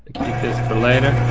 this for later.